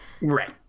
Right